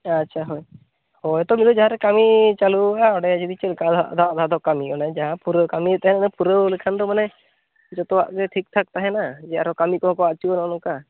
ᱟᱪᱪᱷᱟ ᱦᱳᱭ ᱦᱳᱭᱛᱚ ᱢᱤᱫᱜᱷᱟᱹᱲᱤᱡ ᱡᱟᱦᱟᱸᱨᱮ ᱠᱟᱹᱢᱤ ᱪᱟᱹᱞᱩᱜᱼᱟ ᱚᱸᱰᱮ ᱡᱩᱫᱤ ᱪᱮᱫ ᱞᱮᱠᱟ ᱟᱫᱷᱟ ᱟᱫᱷᱟ ᱫᱚ ᱠᱟᱹᱢᱤ ᱦᱩᱭᱩᱜᱼᱟ ᱚᱱᱟ ᱡᱟᱦᱟᱸ ᱠᱟᱹᱢᱤ ᱯᱩᱨᱟᱹᱣ ᱠᱟᱹᱢᱤ ᱛᱟᱦᱮᱸ ᱫᱚ ᱯᱩᱨᱟᱹᱣ ᱞᱮᱠᱷᱟᱱ ᱫᱚ ᱢᱟᱱᱮ ᱡᱚᱛᱚᱣᱟᱜ ᱜᱮ ᱴᱷᱤᱠ ᱴᱷᱟᱠ ᱛᱟᱦᱮᱱᱟ ᱡᱮ ᱟᱨᱦᱚᱸ ᱠᱟᱹᱢᱤ ᱠᱚᱦᱚᱸ ᱠᱚ ᱟᱹᱪᱩᱣᱟ ᱱᱚᱜᱼᱚᱜ ᱱᱚᱝᱠᱟ